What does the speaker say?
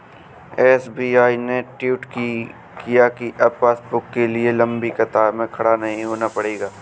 SBI ने tweet किया कि अब पासबुक के लिए लंबी कतार में खड़ा नहीं होना पड़ेगा